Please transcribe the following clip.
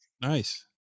Nice